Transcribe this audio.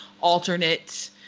alternate